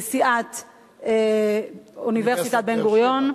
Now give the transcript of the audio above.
נשיאת אוניברסיטת בן-גוריון,